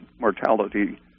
mortality